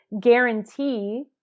guarantee